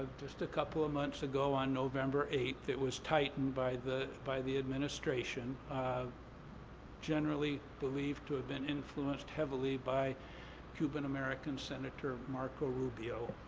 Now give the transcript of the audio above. just a couple of months ago on november eighth, that was tightened by the by the administration, generally believed to have been influenced heavily by cuban american senator marco rubio.